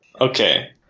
Okay